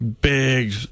big